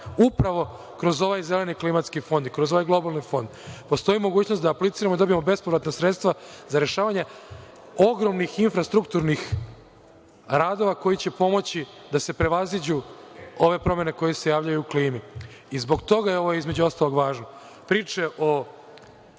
kroz ovaj zeleni klimatski fond i kroz ovaj globalni fond, postoji mogućnost da apliciramo da dobijemo bespovratna sredstva za rešavanje, ogromnih infrastrukturnih radova koji će pomoći da se prevaziđu ove promene koje se javljaju u klimi i zbog toga je ovo, između ostalo važno. Priče o